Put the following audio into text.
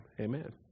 Amen